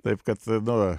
taip kad nu